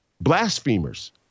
blasphemers